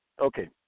okay